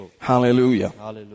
Hallelujah